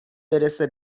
برسه